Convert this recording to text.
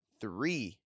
three